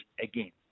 again